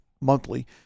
monthly